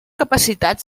capacitat